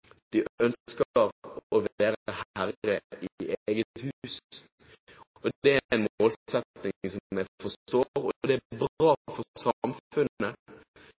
De ønsker å være herre i eget hus. Det er en målsetting som jeg forstår, og det er bra for samfunnet. Det er bra for